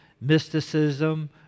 mysticism